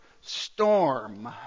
storm